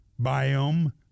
biome